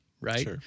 right